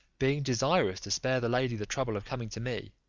being desirous to spare the lady the trouble of coming to me,